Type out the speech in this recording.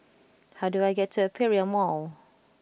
how do I get to Aperia Mall